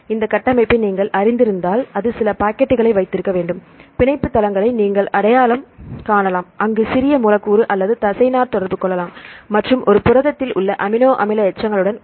எனவே இந்த கட்டமைப்பை நீங்கள் அறிந்திருந்தால் அது சில பாக்கெட்டுகளை வைத்திருக்க வேண்டும் பிணைப்பு தளங்களை நீங்கள் அடையாளம் காணலாம் அங்கு சிறிய மூலக்கூறு அல்லது தசைநார் தொடர்பு கொள்ளலாம் மற்றும் ஒரு புரதத்தில் உள்ள அமினோ அமில எச்சங்களுடன்